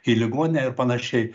į ligoninę ir panašiai